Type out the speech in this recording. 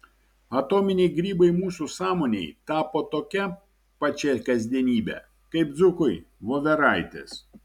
atominiai grybai mūsų sąmonei tapo tokia pačia kasdienybe kaip dzūkui voveraitės